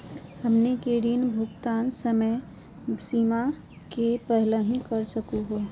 हमनी के ऋण भुगतान समय सीमा के पहलही कर सकू हो?